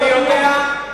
אני יודע,